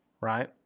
right